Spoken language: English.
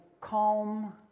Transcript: calm